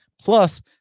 plus